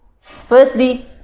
firstly